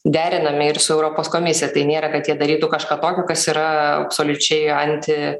derinami ir su europos komisija tai nėra kad jie darytų kažką tokio kas yra absoliučiai anti